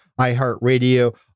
iHeartRadio